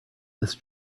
this